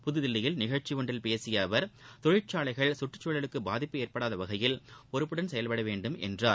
புதுதில்லியில் நிகழ்ச்சி ஒன்றில் பேசிய அவர் தொழிற்சாலைகள் சுற்றுச்சூழலுக்கு பாதிப்பு ஏற்படாத வகையில் பொறுப்புடன் செயல்பட வேண்டும் என்றார்